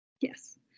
yes